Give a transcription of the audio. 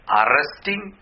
arresting